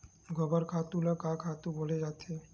गोबर खातु ल का खातु बोले जाथे?